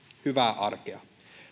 hyvää arkea